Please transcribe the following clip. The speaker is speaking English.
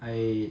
I